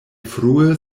frue